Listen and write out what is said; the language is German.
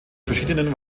verschiedenen